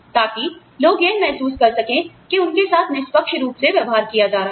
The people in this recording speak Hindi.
ताकि लोग यह महसूस कर सके कि उनके साथ निष्पक्ष रूप से व्यवहार किया जा रहा है